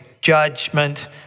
judgment